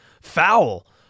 foul